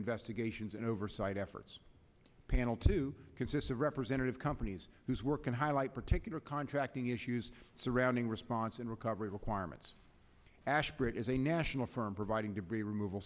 investigations and oversight efforts panel to consist of representative companies whose work can highlight particular contracting issues surrounding response and recovery requirements ashbridge as a national firm providing debris remov